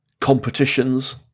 competitions